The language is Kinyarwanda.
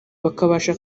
bakabasha